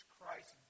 Christ